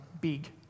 big